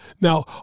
Now